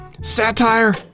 satire